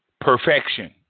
perfection